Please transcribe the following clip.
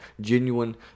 genuine